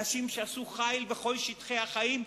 אנשים שעשו חיל בכל שטחי החיים,